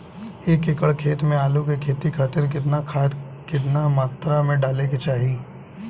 एक एकड़ खेत मे आलू के खेती खातिर केतना खाद केतना मात्रा मे डाले के चाही?